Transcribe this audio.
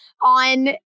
on